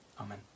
Amen